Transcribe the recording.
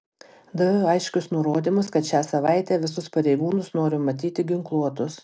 daviau aiškius nurodymus kad šią savaitę visus pareigūnus noriu matyti ginkluotus